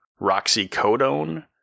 Roxycodone